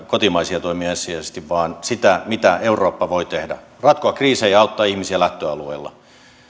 kotimaisia toimia ensisijaisesti vaan sitä mitä eurooppa voi tehdä ratkoa kriisejä ja auttaa ihmisiä lähtöalueella